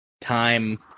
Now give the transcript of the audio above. time